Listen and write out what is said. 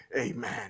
Amen